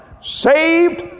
saved